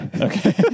okay